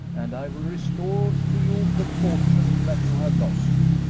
and i will restore to you the fortune that you have lost.